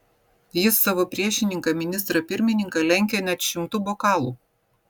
jis savo priešininką ministrą pirmininką lenkia net šimtu bokalų